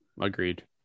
Agreed